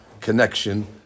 connection